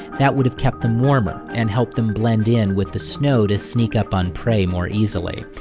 that would've kept them warmer, and helped them blend in with the snow to sneak up on prey more easily.